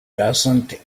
doesn’t